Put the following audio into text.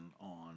on